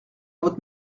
votre